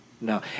no